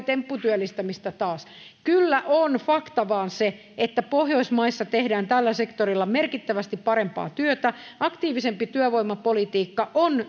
tempputyöllistämistä taas kyllä fakta vaan on se että pohjoismaissa tehdään tällä sektorilla merkittävästi parempaa työtä aktiivisempi työvoimapolitiikka on